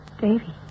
Davy